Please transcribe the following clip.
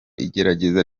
igerageza